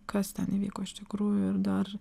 kas ten įvyko iš tikrųjų ir dar